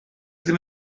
ddim